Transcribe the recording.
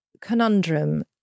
conundrum